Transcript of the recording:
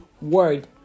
word